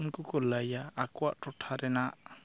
ᱩᱱᱠᱩ ᱠᱚᱞᱟᱹᱭᱟ ᱟᱠᱚᱣᱟᱜ ᱴᱚᱴᱷᱟ ᱨᱮᱱᱟᱜ